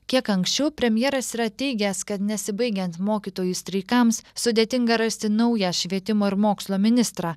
kiek anksčiau premjeras yra teigęs kad nesibaigiant mokytojų streikams sudėtinga rasti naują švietimo ir mokslo ministrą